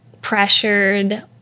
pressured